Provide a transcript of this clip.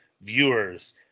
viewers